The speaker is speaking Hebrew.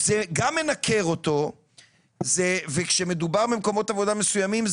זה גם מנכר אותו וכאשר מדובר במקומות עבודה מסוימים,